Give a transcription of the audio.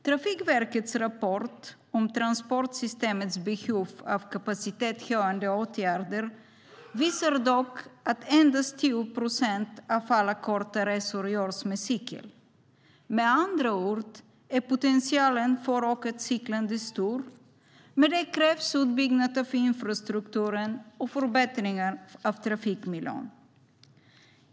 Trafikverkets rapport om transportsystemets behov av kapacitetshöjande åtgärder visar dock att endast 10 procent av alla korta resor görs med cykel. Med andra ord är potentialen för ökat cyklande stor, men det krävs utbyggnad av infrastrukturen och förbättringar av trafikmiljön.